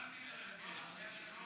אדוני היושב-ראש.